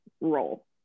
role